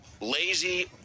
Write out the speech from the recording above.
lazy